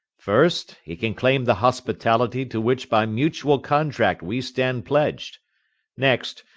first, he can claim the hospitality to which by mutual contract we stand pledged next,